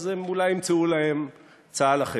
הם אולי ימצאו להם צה"ל אחר.